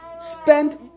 Spend